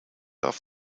off